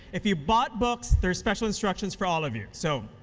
if you bought books, their special instructions for all of you. so,